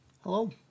Hello